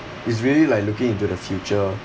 it's really like looking into the future